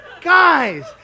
Guys